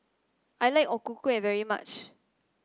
I like O Ku Kueh very much